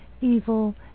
evil